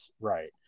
right